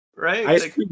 Right